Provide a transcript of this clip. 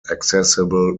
accessible